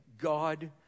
God